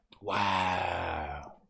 Wow